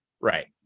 Right